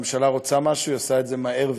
שכשהממשלה רוצה משהו היא עושה את זה מהר ויעיל.